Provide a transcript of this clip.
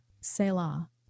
Selah